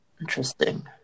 interesting